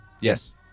Yes